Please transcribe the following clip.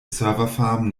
serverfarm